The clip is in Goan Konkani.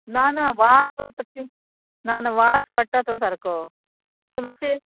ना ना वास पडटा शी ना ना वास पडटा तो सारको तें मात्शें